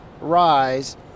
rise